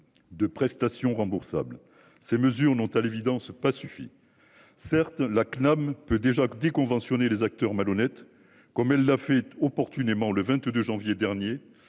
De prestations remboursables. Ces mesures n'ont à l'évidence pas suffi. Certes la CNAM peut déjà que déconventionner. Les acteurs malhonnête, comme elle l'a fait opportunément le 22 janvier dernier